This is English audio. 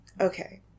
okay